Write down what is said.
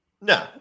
No